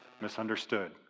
Misunderstood